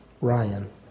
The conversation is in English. Ryan